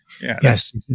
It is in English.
Yes